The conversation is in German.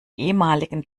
ehemaligen